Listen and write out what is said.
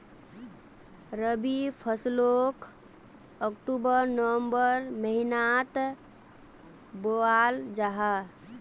रबी फस्लोक October November महिनात बोआल जाहा